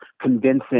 convincing